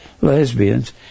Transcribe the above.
Lesbians